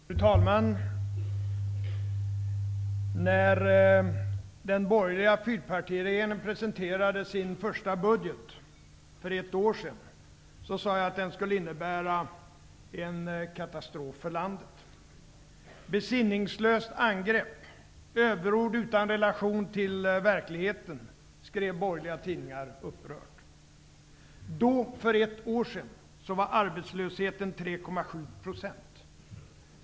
Fru talman! När den borgerliga fyrpartiregeringen presenterade sin första budget för ett år sedan sade jag att den skulle innebära en katastrof för landet. Detta var ett besinningslöst angrepp och överord utan relation till verkligheten, skrev borgerliga tidningar upprört. Då, för ett år sedan, var arbetslösheten 3,7 %.